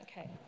Okay